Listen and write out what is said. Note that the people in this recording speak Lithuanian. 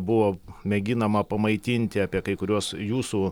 buvo mėginama pamaitinti apie kai kuriuos jūsų